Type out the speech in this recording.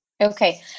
Okay